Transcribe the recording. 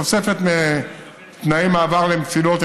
ותוספת לתנאי מעבר למסילות,